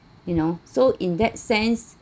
you know so in that sense